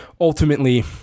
ultimately